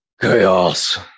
Chaos